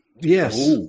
Yes